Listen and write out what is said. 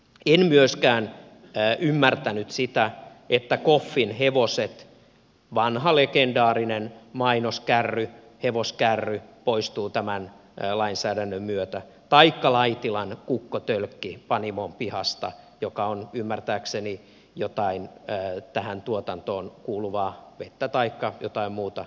en myöskään ymmärtänyt sitä että koffin hevoset vanha legendaarinen mainoskärry hevoskärry poistuvat tämän lainsäädännön myötä taikka panimon pihasta laitilan kukko tölkki joka on ymmärtääkseni jotain tähän tuotantoon kuuluvaa vettä taikka jotain muuta mäskiä täynnä